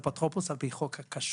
אפוטרופוס על פי חוק הכשרות,